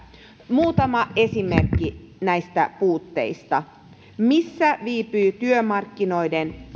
muutama esimerkki näistä puutteista missä viipyy työmarkkinoiden